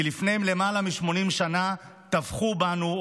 כי לפני למעלה מ-80 שנה טבחו בנו,